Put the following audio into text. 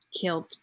Killed